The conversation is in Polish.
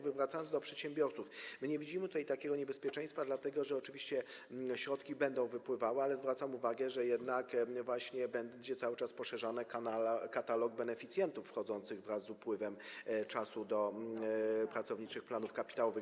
Wracając do przedsiębiorców - my nie widzimy tutaj takiego niebezpieczeństwa, dlatego że oczywiście środki będą wypływały, ale zwracam uwagę, że jednak będzie cały czas poszerzany katalog beneficjentów wchodzących wraz z upływem czasu do pracowniczych planów kapitałowych.